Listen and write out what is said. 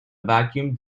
vacuum